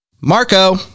Marco